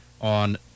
on